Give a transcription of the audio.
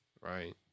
Right